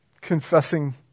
confessing